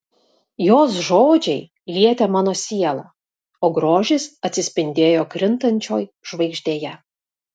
jos žodžiai lietė mano sielą o grožis atsispindėjo krintančioj žvaigždėje